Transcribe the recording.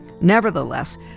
Nevertheless